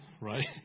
right